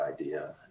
idea